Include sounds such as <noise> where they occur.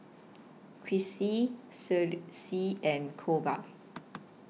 Crissy <unintelligible> C and Kolby